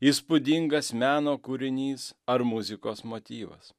įspūdingas meno kūrinys ar muzikos motyvas